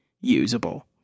usable